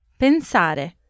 Pensare